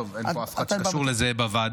טוב, אין פה אף אחד שקשור לזה בוועדה,